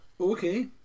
Okay